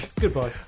Goodbye